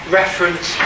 reference